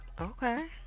Okay